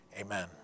Amen